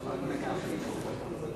חבר הכנסת אמנון כהן שאל את שר התשתיות